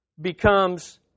becomes